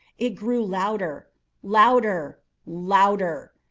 it grew louder louder louder!